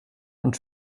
und